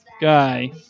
guy